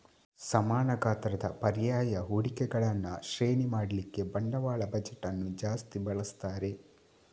ಸಮಾನ ಗಾತ್ರದ ಪರ್ಯಾಯ ಹೂಡಿಕೆಗಳನ್ನ ಶ್ರೇಣಿ ಮಾಡ್ಲಿಕ್ಕೆ ಬಂಡವಾಳ ಬಜೆಟ್ ಅನ್ನು ಜಾಸ್ತಿ ಬಳಸ್ತಾರೆ